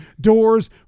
doors